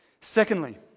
Secondly